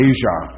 Asia